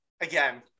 again